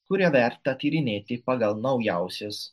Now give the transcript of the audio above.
kurią verta tyrinėti pagal naujausias